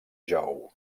jou